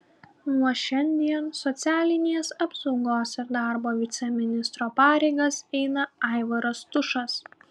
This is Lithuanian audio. nuo šiandien socialinės apsaugos ir darbo viceministro pareigas eina aivaras tušas